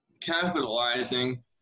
capitalizing